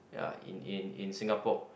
ya in in in Singapore